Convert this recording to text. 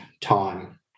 time